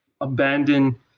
abandon